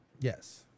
Yes